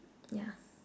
yeah